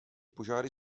požáry